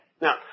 now